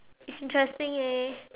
it's interesting eh